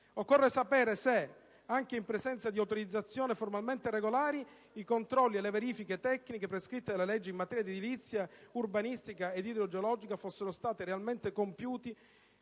Occorre sapere se, anche in presenza di autorizzazioni formalmente regolari, i controlli e le verifiche tecniche prescritte dalle leggi in materia edilizia, urbanistica ed idrogeologica fossero stati realmente compiuti